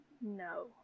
No